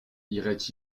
irait